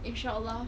inshallah